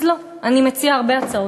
אז לא, דרך אגב, אני מציעה הרבה הצעות.